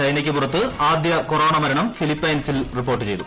ചൈനക്ക് പുറത്ത് ആദ്യ കൊറോണ മരണം ഫിലിപ്പൈൻസിൽ റിപ്പോർട്ട് ചെയ്തു